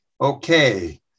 Okay